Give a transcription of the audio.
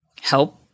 help